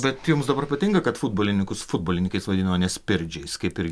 bet jums dabar patinka kad futbolininkus futbolininkais vadino o ne spirdžiais kaip ir